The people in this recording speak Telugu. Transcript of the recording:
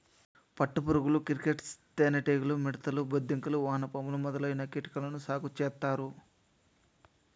పట్టు పురుగులు, క్రికేట్స్, తేనె టీగలు, మిడుతలు, బొద్దింకలు, వానపాములు మొదలైన కీటకాలను సాగు చేత్తారు